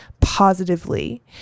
positively